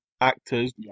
actors